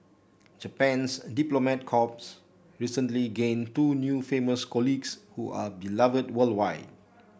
Japan's diplomat corps recently gained two new famous colleagues who are beloved worldwide